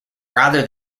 rather